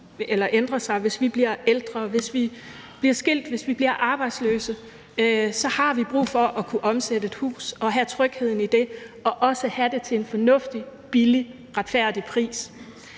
ændrer sig. Hvis vi bliver ældre, hvis vi bliver skilt, hvis vi bliver arbejdsløse, så har vi brug for at kunne omsætte et hus og have trygheden i det og også gøre det til en fornuftig, billig, retfærdig pris,